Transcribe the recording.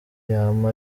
yama